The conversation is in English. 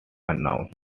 unknown